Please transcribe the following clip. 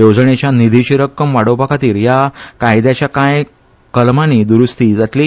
येवजणेच्या निधीची रक्कम वाडोपा खातीर हया कायदयाच्या कांय कलमानी दुरूस्ती जातली